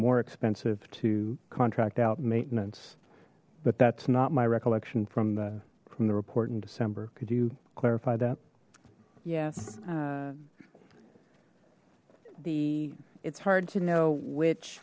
more expensive to contract out maintenance but that's not my recollection from the from the report in december could you clarify that yes the it's hard to know which